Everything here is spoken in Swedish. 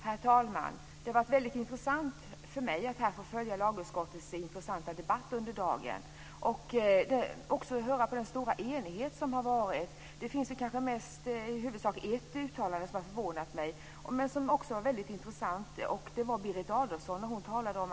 Herr talman! Det har varit väldigt intressant för mig att här få följa lagutskottets intressanta debatt under dagen, och också höra på den stora enighet som har varit. Det är kanske i huvudsak ett uttalande som har förvånat mig, men som också var väldigt intressant. Det var Berit Adolfsson.